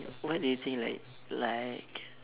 what do you think like like